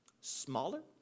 smaller